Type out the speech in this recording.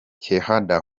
keheda